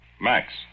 Max